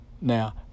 Now